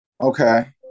okay